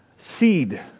Seed